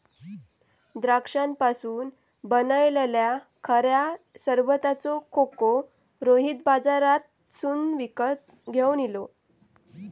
द्राक्षांपासून बनयलल्या खऱ्या सरबताचो खोको रोहित बाजारातसून विकत घेवन इलो